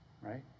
Right